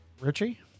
Richie